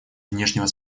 внешнего